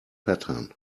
pattern